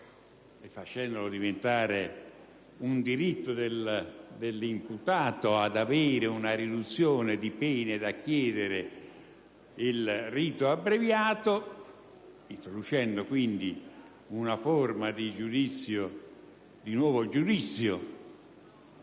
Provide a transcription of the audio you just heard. facendolo diventare un diritto dell'imputato ad avere una riduzione di pena chiedendo il rito abbreviato e introducendo quindi una forma di nuovo giudizio